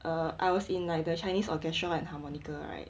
err I was in like the chinese orchestra and harmonica right